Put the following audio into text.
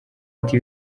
ati